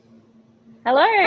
Hello